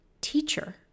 teacher